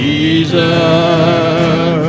Jesus